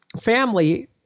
family